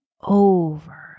over